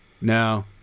No